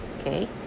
Okay